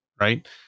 Right